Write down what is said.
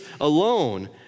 alone